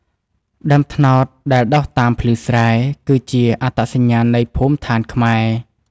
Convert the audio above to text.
ដើមត្នោតដែលដុះតាមភ្លឺស្រែ គឺជាអត្តសញ្ញាណនៃភូមិឋានខ្មែរ។